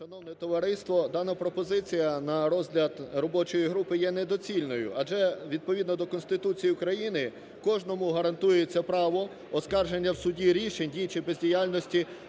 Шановне товариство, дана пропозиція на розгляд робочої групи є недоцільною, адже відповідно до Конституції України кожному гарантується право оскарження в суді рішень дій чи бездіяльності